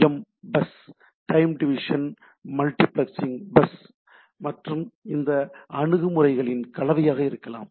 M bus time division multiplexing bus மற்றும் இந்த அணுகுமுறைகளின் கலவையாக இருக்கலாம்